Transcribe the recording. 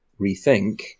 rethink